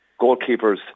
goalkeepers